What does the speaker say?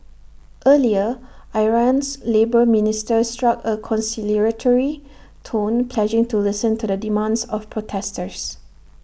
earlier Iran's labour minister struck A conciliatory tone pledging to listen to the demands of protesters